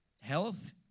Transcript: Health